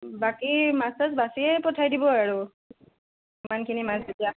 বাকী মাছ চাছ বাচিয়েই পঠাই দিব আৰু ইমানখিনি মাছ যেতিয়া